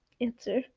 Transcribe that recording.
answer